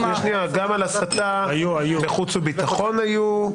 שנייה, גם על הסתה בחוץ וביטחון היו.